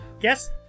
Guess